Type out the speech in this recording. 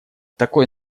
такой